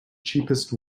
cheapest